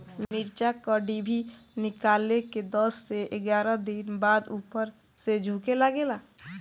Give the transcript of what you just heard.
मिरचा क डिभी निकलले के दस से एग्यारह दिन बाद उपर से झुके लागेला?